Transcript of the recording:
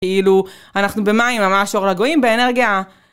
כאילו אנחנו במים ממש אור לגויים, באנרגיה